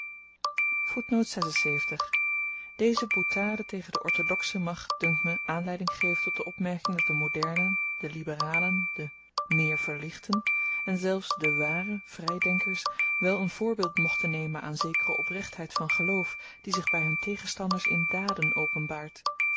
deze boutade tegen de orthodoxen mag dunkt me aanleiding geven tot de opmerking dat de modernen de liberalen de meer verlichten en zelfs de ware vrydenkers wel n voorbeeld mochten nemen aan zekere oprechtheid van geloof die zich by hun tegenstanders in daden openbaart